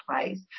place